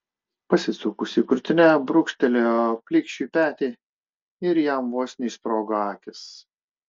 pasisukusi krūtine brūkštelėjo plikšiui petį ir jam vos neišsprogo akys